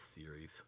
series